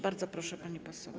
Bardzo proszę, pani poseł.